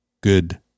good